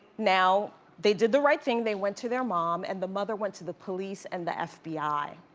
now they did the right thing, they went to their mom and the mother went to the police and the fbi.